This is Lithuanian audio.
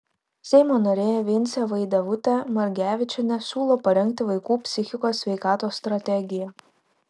seimo narė vincė vaidevutė margevičienė siūlo parengti vaikų psichikos sveikatos strategiją